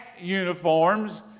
uniforms